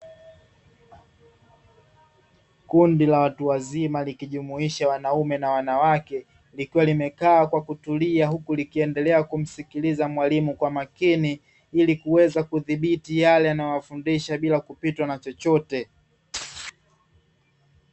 Kundi la watu wazima likijumuisha wanaume na wanawake likiwa limekaa kwa kutulia, Huku likiendelea kumsikiliza mwalimu kwa makini ili kuweza kudhibiti yale anayowafundisha bila kupitwa na chochote.